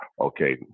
Okay